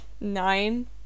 nine